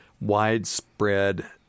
widespread